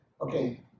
okay